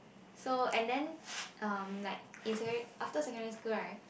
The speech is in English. so and then um like in secondary after secondary school right